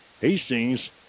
Hastings